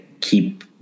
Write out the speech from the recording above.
keep